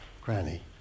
granny